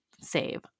save